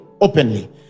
openly